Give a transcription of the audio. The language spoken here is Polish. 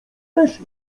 też